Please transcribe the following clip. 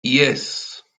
yes